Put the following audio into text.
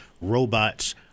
robots